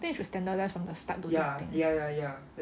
think you should standardise from the start thought this thing